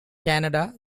canada